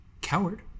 coward